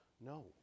no